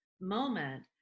moment